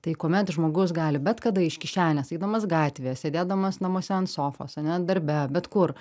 tai kuomet žmogus gali bet kada iš kišenės eidamas gatvėje sėdėdamas namuose ant sofos ar ne darbe bet kur